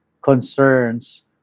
concerns